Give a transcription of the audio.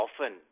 often